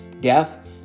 death